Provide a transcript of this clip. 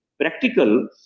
practical